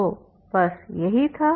तो बस यही था